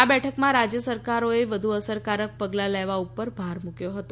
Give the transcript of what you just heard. આ બેઠકમાં રાજ્ય સરકારોએ વધુ અસરકારક પગલાં લેવા ઉપર ભાર મૂક્યો હતો